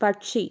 പക്ഷി